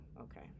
okay